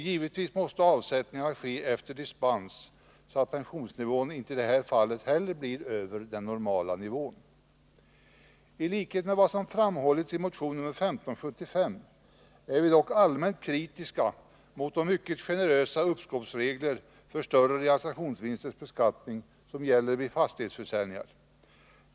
Givetvis måste avsättningarna ske efter dispens så att pensionsnivån inte heller i detta fall blir över den normala nivån. Såsom framhållits i motionen 1575 är vi dock allmänt kritiska mot de mycket generösa regler för uppskov med större realisationsvinsters beskattning som gäller vid fastighetsförsäljningar.